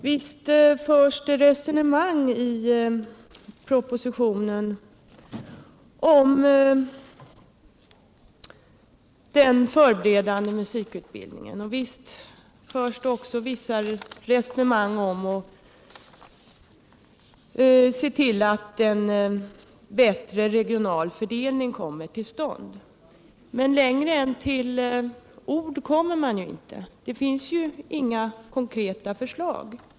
Visst förs det resonemang i propositionen om den förberedande musikutbildningen och visst förs det resonemang om att se till att en bättre regional fördelning kommer till stånd, men längre än till ord kommer man inte. Det finns inga konkreta förslag.